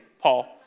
Paul